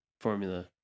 formula